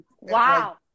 wow